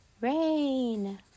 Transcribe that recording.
rain